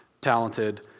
talented